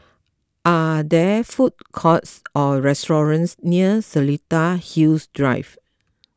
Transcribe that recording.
are there food courts or restaurants near Seletar Hills Drive